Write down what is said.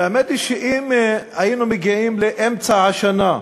והאמת היא שאם היינו מגיעים לאמצע השנה,